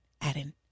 adding